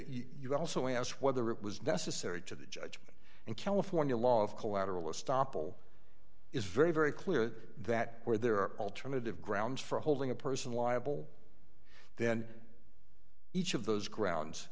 you also asked whether it was necessary to the judge and california law of collateral estoppel is very very clear that where there are alternative grounds for holding a person liable then each of those grounds